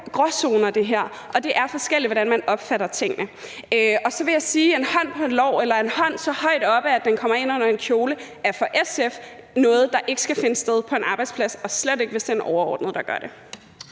gråzoner i det her, og det er forskelligt, hvordan man opfatter tingene. Og så vil jeg sige: En hånd på et lår eller en hånd så højt oppe, at den kommer ind under en kjole, er for SF noget, der ikke skal finde sted på en arbejdsplads, og slet ikke, hvis det er en overordnet, der gør det.